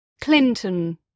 Clinton